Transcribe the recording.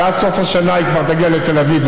שעד סוף השנה היא כבר תגיע לתל אביב,